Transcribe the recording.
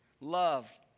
love